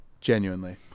genuinely